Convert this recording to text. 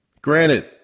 Granted